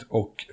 och